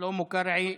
שלמה קרעי,